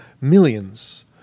millions